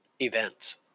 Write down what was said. events